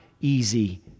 easy